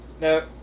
No